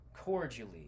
cordially